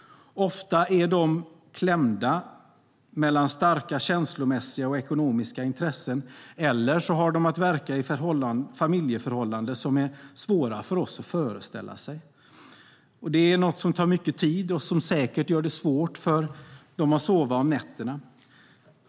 Ofta är de klämda mellan starka känslomässiga och ekonomiska intressen eller också har de att verka i familjeförhållanden som är svåra att föreställa sig. Det är något som tar mycket tid och som säkert gör det svårt att sova om nätterna.